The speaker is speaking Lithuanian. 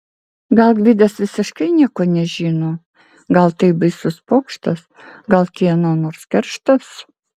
gal gvidas visiškai nieko nežino gal tai baisus pokštas gal kieno nors kerštas